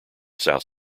south